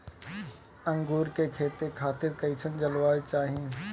अंगूर के खेती खातिर कइसन जलवायु चाही?